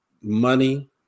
money